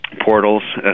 portals